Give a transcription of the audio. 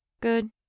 Good